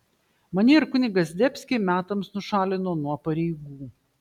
mane ir kunigą zdebskį metams nušalino nuo pareigų